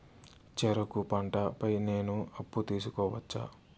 చెరుకు పంట పై నేను అప్పు తీసుకోవచ్చా?